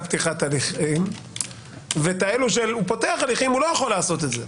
פתיחת הליכים ואת אלו שפותח הליכים לא יכול לעשות את זה.